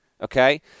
Okay